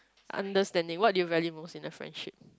understanding what do you value most in a friendship